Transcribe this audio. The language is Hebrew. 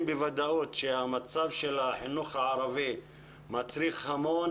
בוודאות שהמצב של החינוך הערבי מצריך המון